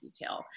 detail